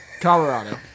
Colorado